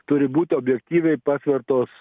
turi būti objektyviai pasvertos